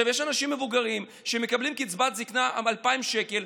יש אנשים מבוגרים שמקבלים קצבת זקנה 2,000 שקל.